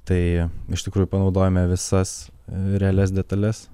tai iš tikrųjų panaudojame visas realias detales